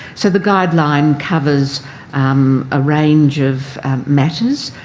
so the guideline covers um a range of matters,